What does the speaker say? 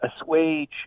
assuage